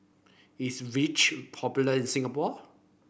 is Vichy popular in Singapore